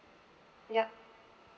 yup